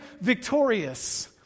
victorious